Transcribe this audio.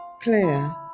clear